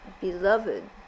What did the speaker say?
beloved